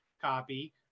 copy